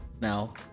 now